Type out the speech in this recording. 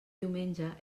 diumenge